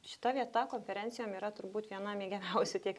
šita vieta konferencijom yra turbūt viena mėgiamiausių tiek